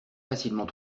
facilement